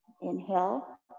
Inhale